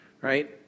right